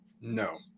No